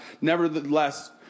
Nevertheless